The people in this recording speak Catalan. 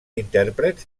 intèrprets